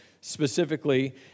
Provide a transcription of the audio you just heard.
specifically